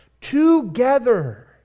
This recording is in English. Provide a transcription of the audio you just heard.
together